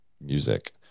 music